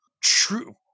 true